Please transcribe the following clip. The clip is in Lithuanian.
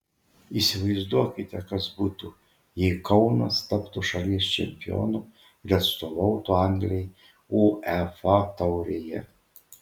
įsivaizduokite kas būtų jei kaunas taptų šalies čempionu ir atstovautų anglijai uefa taurėje